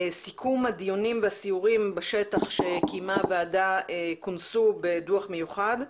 סיכום הדיונים והסיורים בשטח שקיימה הוועדה כונסו בדו"ח מיוחד,